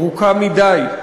ארוכה מדי,